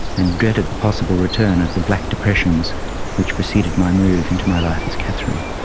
and dreaded the possible return of the black depressions which preceded my move into my life as katherine.